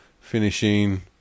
finishing